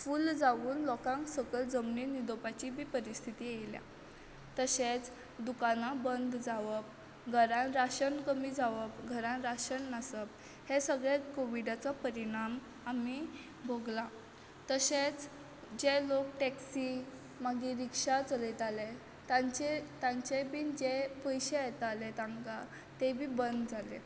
full जावन लोकांक जमनीर न्हिदपाची बी परिस्थिती येयला तशें दुकानां बंद जावप घरांत राशन कमी जावप घरांत राशन नासप हे सगळे कोविडाचो परिणाम आमी भोगलां तशेंच जे लोक टॅक्सी मागीर रिक्षा चलयताले तांचे तांचे बीन जे पयशे येताले तांकां ते बी बंद जाले